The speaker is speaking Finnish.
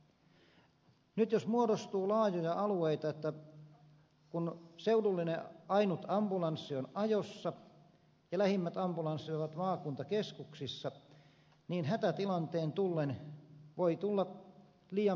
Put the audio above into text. nyt jos muodostuu laajoja alueita kun seudullinen ainut ambulanssi on ajossa ja lähimmät ambulanssit ovat maakuntakeskuksissa niin hätätilanteen tullen voi tulla liian pitkiä viiveitä